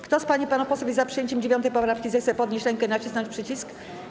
Kto z pań i panów posłów jest za przyjęciem 9. poprawki, zechce podnieść rękę i nacisnąć przycisk.